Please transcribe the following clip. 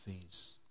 fees